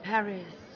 Paris